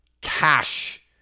cash